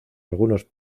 algunos